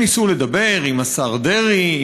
הם ניסו לדבר עם השר דרעי,